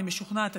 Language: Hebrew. אני משוכנעת,